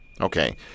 Okay